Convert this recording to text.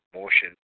motion